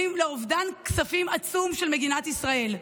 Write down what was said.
לאובדן כספים עצום של מדינת ישראל.